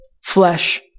flesh